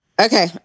Okay